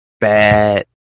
bad